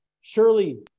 surely